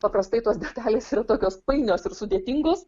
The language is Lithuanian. paprastai tos detalės yra tokios painios ir sudėtingos